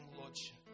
Lordship